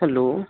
hello